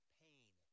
pain